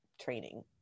training